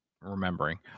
remembering